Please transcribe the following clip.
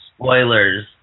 spoilers